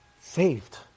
saved